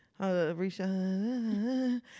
Risha